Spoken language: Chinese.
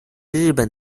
日本